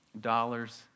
dollars